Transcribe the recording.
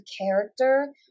character